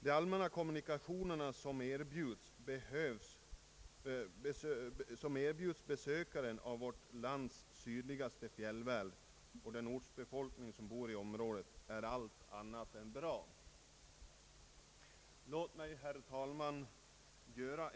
De allmänna kommunikationer som erbjuds besökaren av vårt lands sydli gaste fjällvärld — och den ortsbefolkning som bor i området — är allt annat än bra. Låt mig, herr talman, citera